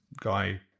guy